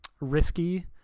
risky